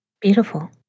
Beautiful